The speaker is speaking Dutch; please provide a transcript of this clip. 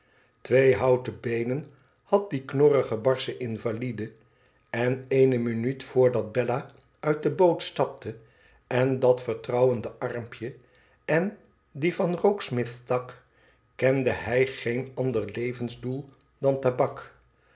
twee houten beenen had die knorrige barsche invalide en eene minuut voordat bella uit de boot stapte en dat vertrouwende armpje en dien van rokesmith stak kende hij geen ander levensdoel dan tabak